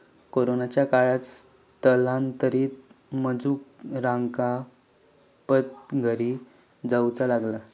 कोरोनाच्या काळात स्थलांतरित मजुरांका परत घरी जाऊचा लागला